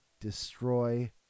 destroy